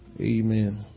Amen